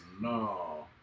no